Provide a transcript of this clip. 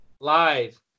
Live